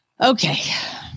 okay